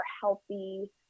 healthy